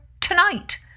tonight